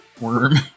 worm